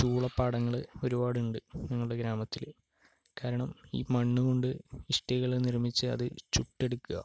ചൂള പാടങ്ങൾ ഒരുപാടുണ്ട് ഞങ്ങളുടെ ഗ്രാമത്തിൽ കാരണം ഈ മണ്ണുകൊണ്ട് ഇഷ്ടികകൾ നിർമ്മിച്ച് അത് ചുട്ടെടുക്കുക